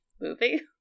movie